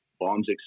Bombs